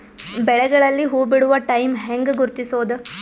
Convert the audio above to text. ಬೆಳೆಗಳಲ್ಲಿ ಹೂಬಿಡುವ ಟೈಮ್ ಹೆಂಗ ಗುರುತಿಸೋದ?